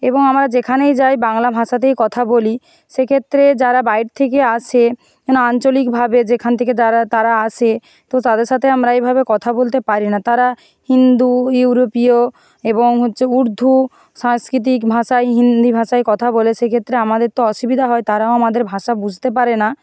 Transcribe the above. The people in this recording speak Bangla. এবং আমরা যেখানেই যাই বাংলা ভাষাতেই কথা বলি সেক্ষেত্রে যারা বাহির থেকে আসে যেন আঞ্চলিকভাবে যেখান থেকে যারা তারা আসে তো তাদের সাথে আমরা এইভাবে কথা বলতে পারি না তারা হিন্দু ইউরোপীয় এবং হচ্ছে উর্দু সাংস্কৃতিক ভাষা হিন্দি ভাষায় কথা বলে সেক্ষেত্রে আমাদের তো অসুবিধা হয় তারাও আমাদের ভাষা বুঝতে পারে না